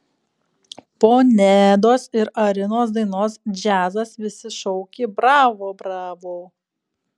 po nedos ir arinos dainos džiazas visi šaukė bravo bravo